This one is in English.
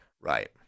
right